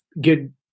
good